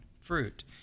fruit